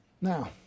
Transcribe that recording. Now